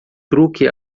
truque